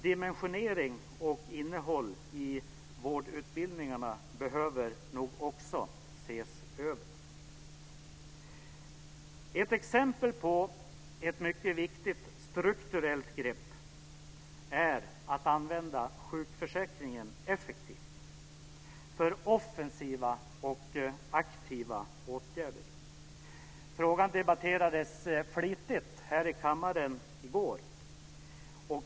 Dimensionering av och innehåll i vårdutbildningarna behöver nog också ses över. Ett exempel på ett mycket viktigt strukturellt grepp är att använda sjukförsäkringen effektivt för offensiva och aktiva åtgärder. Frågan debatterades flitigt här i kammaren i går.